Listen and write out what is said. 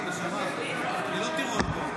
הכנסת)